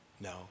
No